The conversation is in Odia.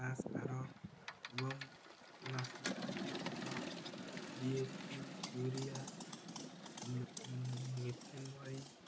ବା ସାର ଏବଂ କୀଟନାଶକ ଔଷଧ ଡି ଏସ୍ ପି ୟୁରିଆ ମିଥନ୍ ବଳି